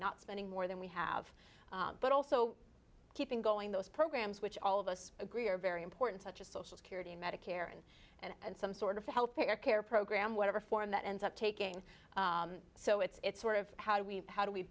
not spending more than we have but also keeping going those programs which all of us agree are very important such as social security medicare and and some sort of health care care program whatever form that ends up taking so it's sort of how do we how do we